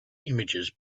images